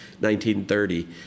1930